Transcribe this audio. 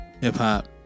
hip-hop